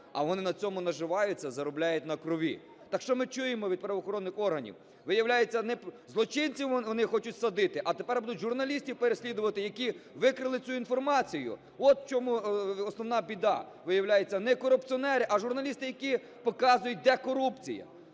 а вони на цьому наживаються, заробляють на крові. Так що ми чуємо від правоохоронних органів? Виявляється, не злочинців вони будуть садити, а тепер будуть журналістів переслідувати, які викрили цю інформацію. От в чому основна біда! Виявляється, не корупціонери, а журналісти, які показують, де корупція.